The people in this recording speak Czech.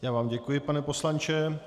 Já vám děkuji, pane poslanče.